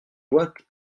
boite